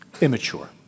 Immature